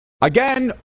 Again